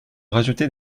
rajouter